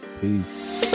peace